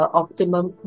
optimum